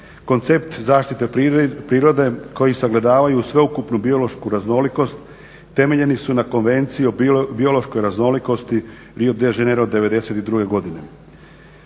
Koncept zaštite prirode koji sagledavaju sveukupnu biološku raznolikost temeljeni su na Konvenciji o biološkoj raznolikosti Rio de Janeiro 1992. godine.